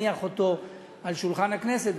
להניח אותו על שולחן הכנסת,